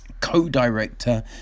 Co-director